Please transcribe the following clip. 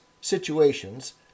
situations